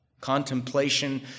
Contemplation